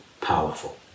powerful